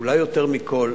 אולי יותר מכול,